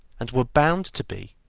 and were bound to be,